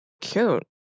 Cute